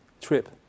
trip